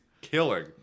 killing